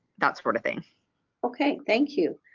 that sort of thing okay thank you